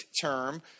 term